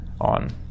on